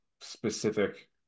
specific